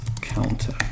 counter